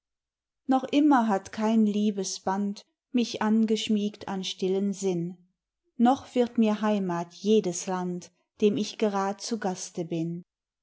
noch immer hat kein liebes band mich angeschmiegt an stillen sinn noch wird mir heimat jedes land dem ich gerad zu gaste bin